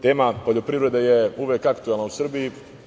Tema poljoprivrede je uvek aktuelna u Srbiji.